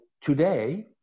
today